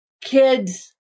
kids